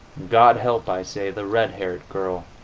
god help, i say, the red-haired girl!